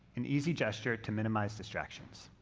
an easy gesture to minimize distractions.